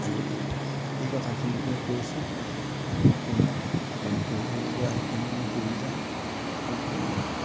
আজি এই কথাখিনিকে কৈছোঁ আৰু ক'ম আৰু কৰিবলগীয়াখিনিও আমি কৰি যাম আৰু কোনো